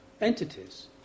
entities